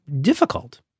difficult